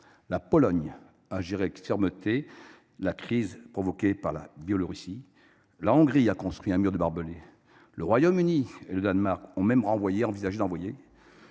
la Pologne a géré avec beaucoup de fermeté la crise provoquée par la Biélorussie, la Hongrie a construit un mur de barbelés, le Royaume Uni et le Danemark ont envisagé de renvoyer